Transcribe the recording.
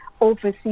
overseas